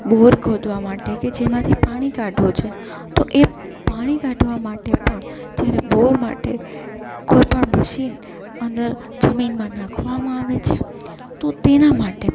બોર ખોદવા માટે કે જેમાંથી પાણી કાઢવું છે તો એ પાણી કાઢવા માટે પણ જ્યારે બોર માટે કોઈ પણ મશીન અંદર જમીનમાં નાખવામાં આવે છે તો તેના માટે